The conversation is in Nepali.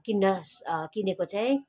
किन्न किनेको चाहिँ